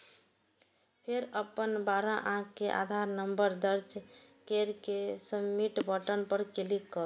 फेर अपन बारह अंक के आधार नंबर दर्ज कैर के सबमिट बटन पर क्लिक करू